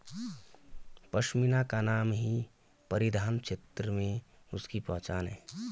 पशमीना का नाम ही परिधान क्षेत्र में उसकी पहचान है